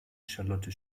charlotte